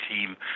team